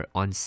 on